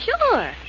Sure